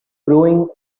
growing